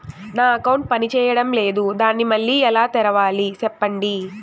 నా అకౌంట్ పనిచేయడం లేదు, దాన్ని మళ్ళీ ఎలా తెరవాలి? సెప్పండి